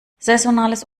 saisonales